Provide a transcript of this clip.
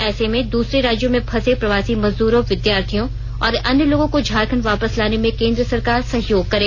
ऐसे में दूसरे राज्यो में फंसे प्रवासी मजदूरों विद्यार्थियों और अन्य लोगों को झारखण्ड वापस लाने में केन्द्र सरकार सहयोग करे